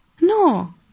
No